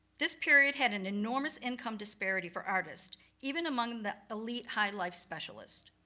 this period had an enormous income disparity for artists, even among the elite high life specialist.